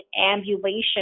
ambulation